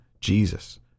Jesus